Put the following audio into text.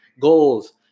goals